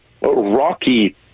rocky